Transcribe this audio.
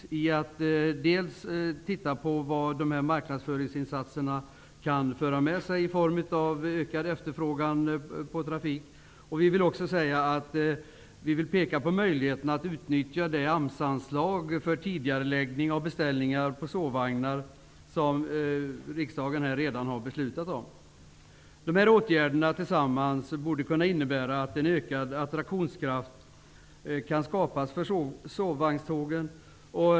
Man kan t.ex. titta på vad marknadsföringsinsatserna kan föra med sig i form av ökad efterfrågan på trafik. Vi vill också peka på möjligheterna att utnyttja det AMS-anslag för tidigareläggning av beställningar på sovvagnar som riksdagen redan har beslutat om. Dessa åtgärder borde tillsammans kunna innebära att en ökad attraktionskraft skapas vad gäller sovvagnstågen.